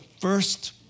first